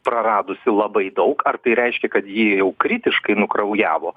praradusi labai daug ar tai reiškia kad ji jau kritiškai nukraujavo